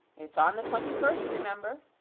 it's on the twenty-first, remember,